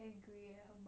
angry at her mom